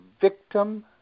victim